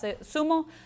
sumo